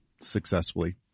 successfully